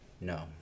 No